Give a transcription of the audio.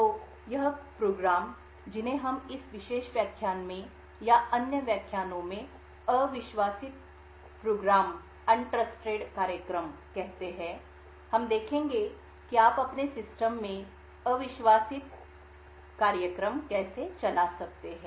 तो ये कार्यक्रम जिन्हें हम इस विशेष व्याख्यान में या अन्य व्याख्यानो में अविश्वासित कार्यक्रम कहते हैं हम देखेंगे कि आप अपने सिस्टम में अविश्वासित कार्यक्रम कैसे चला सकते हैं